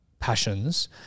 passions